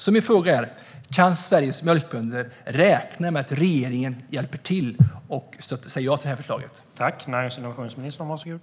Min fråga är: Kan Sveriges mjölkbönder räkna med att regeringen hjälper till och säger ja till det här förslaget?